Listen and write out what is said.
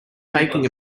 taking